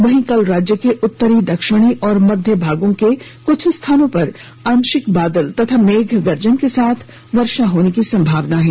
वहीं कल राज्य के उत्तरी दक्षिणी और मध्य भागों के कुछ स्थानों पर आंशिक बादल तथा मेघ गर्जन के साथ वर्षा होने की संभावना है